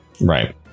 Right